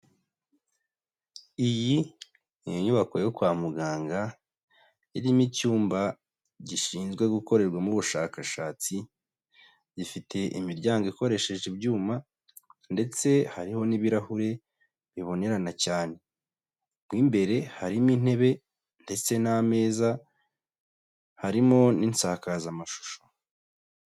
Iyi ni inyubako yo kwa muganga, irimo icyumba gishinzwe gukorerwamo ubushakashatsi, gifite imiryango ikoresheje ibyuma ndetse hariho n'ibirahure bibonerana cyane, mo imbere harimo intebe ndetse n'ameza, harimo n'insakazamashusho.